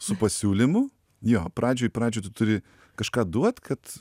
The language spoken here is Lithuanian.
su pasiūlymu jo pradžioj pradžioj tu turi kažką duot kad